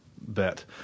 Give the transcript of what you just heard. bet